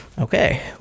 Okay